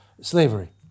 slavery